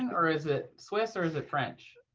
and or is it swiss, or is it french?